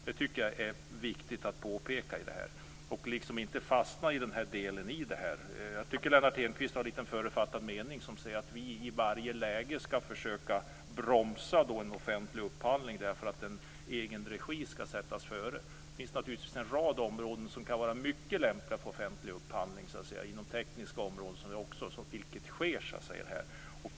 Detta är viktigt att påpeka. Jag tycker att Lennart Hedquist har en lite förutfattad mening när han säger att vi i varje läge försöker bromsa en offentlig upphandling därför att en egenregi skall sättas före. Det finns naturligtvis en rad områden som kan vara mycket lämpliga för offentlig upphandling, t.ex. inom tekniska områden, vilket också sker.